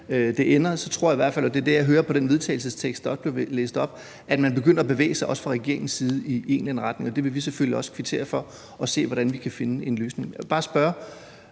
det ender, tror jeg i hvert fald – det er det, jeg hører af den vedtagelsestekst, der blev læst op – man begynder at bevæge sig, også fra regeringens side, i en eller anden retning. Det vil vi selvfølgelig også kvittere for, og vi vil se på, hvordan vi kan finde en løsning. Jeg